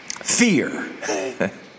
fear